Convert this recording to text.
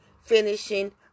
finishing